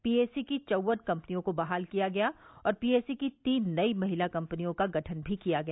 PAC की चौव्न कम्पनियों को बहाल किया गया और पीएसी की तीन नई महिला कम्पनियों का गठन भी किया गया